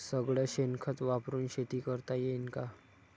सगळं शेन खत वापरुन शेती करता येईन का?